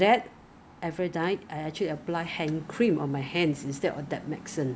so 你你每天一天用 maybe like five to six or seven times when you're outside